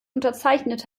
unterzeichnet